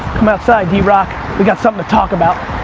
come outside, d-rock, we got something to talk about.